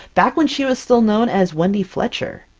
back when she was still known as wendy fletcher!